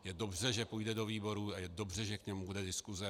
Je dobře, že půjde do výborů, a je dobře, že k němu bude diskuse.